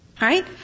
Right